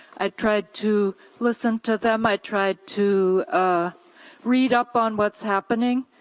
i tried to listen to them. i tried to ah read up on what's happening.